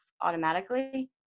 automatically